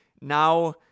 Now